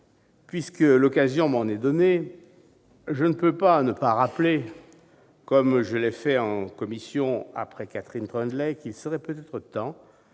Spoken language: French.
puisque l'occasion m'en est donnée, je rappelle, comme je l'ai fait en commission après Catherine Troendlé, qu'il serait peut-être temps